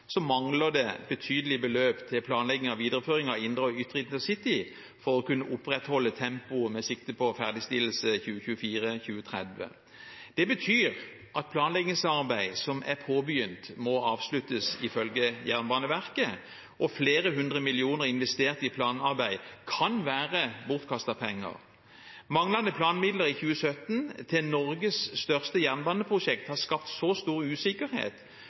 mangler det betydelige beløp til planlegging av videreføringen av indre og ytre intercity for å kunne opprettholde tempoet med sikte på ferdigstillelse i 2024 og 2030. Det betyr at planleggingsarbeid som er påbegynt, må avsluttes, ifølge Jernbaneverket, og flere hundre millioner kroner investert i planarbeid kan være bortkastede penger. Manglende planmidler i 2017 til Norges største jernbaneprosjekt har skapt så stor usikkerhet